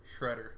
Shredder